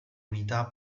unità